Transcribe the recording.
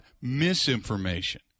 misinformation